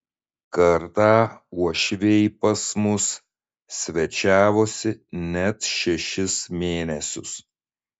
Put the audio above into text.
kartą uošviai pas mus svečiavosi net šešis mėnesius